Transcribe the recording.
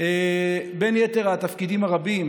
בני גנץ, בין יתר התפקידים הרבים